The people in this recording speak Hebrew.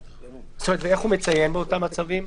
איך הוא מציין באותם מצבים?